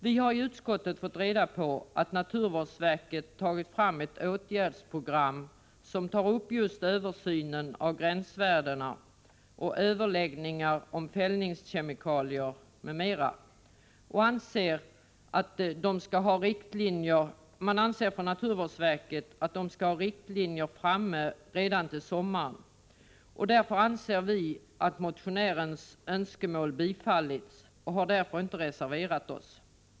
Vi har i utskottet fått reda på att naturvårdsverket tagit fram ett åtgärdsprogram som innehåller just en översyn av gränsvärdena, överläggningar om fällningskemikalier, m.m. Naturvårdsverket anser att riktlinjer skall kunna föreligga redan till sommaren, och vi anser därför att motionärens önskemål har tillgodosetts och har inte reserverat oss.